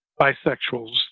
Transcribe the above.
bisexuals